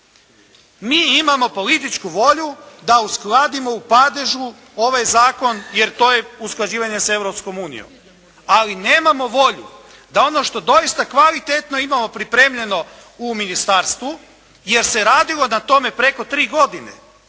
Mi imamo političku volju da uskladimo u padežu ovaj zakon, jer to je usklađivanje sa Europskom unijom. Ali nemamo volju da ono što doista kvalitetno imamo pripremljeno u ministarstvu, jer se radilo na tome preko tri godine